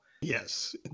yes